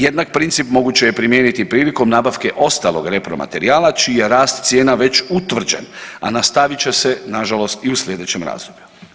Jednak princip moguće je primijeniti prilikom nabavke ostalog repromaterijala čiji je rast cijena već utvrđen, a nastavit će se nažalost i u slijedećem razdoblju.